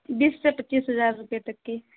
بیس سے پچیس ہزار روپے تک کی